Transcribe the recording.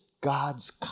God's